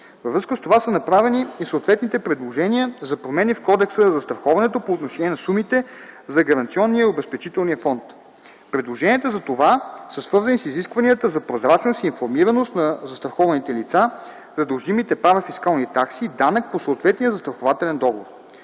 Във връзка с това са направени и съответните предложения за промени в Кодекса за застраховането по отношение на сумите за Гаранционния и Обезпечителния фонд. Предложенията за това са свързани с изискванията за прозрачност и информираност на застрахованите лица за дължимите парафискални такси и данък по съответния застрахователен договор.